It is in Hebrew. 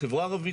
החברה הערבית,